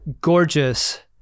gorgeous